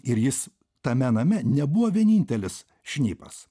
ir jis tame name nebuvo vienintelis šnipas